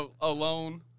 Alone